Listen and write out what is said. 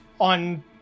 On